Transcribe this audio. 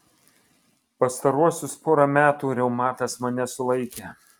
pastaruosius porą metų reumatas mane sulaikė